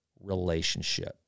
relationship